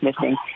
missing